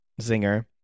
zinger